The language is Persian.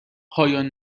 پایان